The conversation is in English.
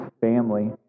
family